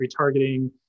retargeting